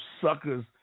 suckers